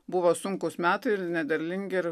buvo sunkūs metai ir nederlingi ir